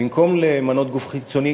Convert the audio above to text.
במקום למנות גוף חיצוני,